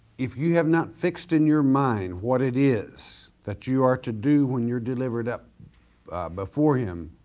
if you have not fixed in your mind what it is that you are to do when you're delivered up before him,